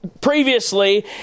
Previously